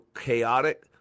chaotic